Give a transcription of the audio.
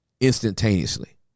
instantaneously